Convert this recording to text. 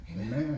Amen